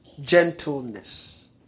gentleness